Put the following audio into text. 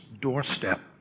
doorstep